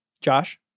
Josh